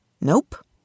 Nope